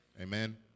Amen